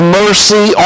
mercy